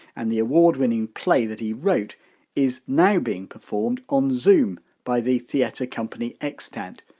and the award-winning play that he wrote is now being performed on zoom by the theatre company extant.